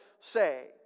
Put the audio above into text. say